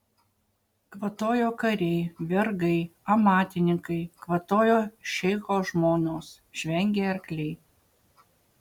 kvatojo kariai vergai amatininkai kvatojo šeicho žmonos žvengė arkliai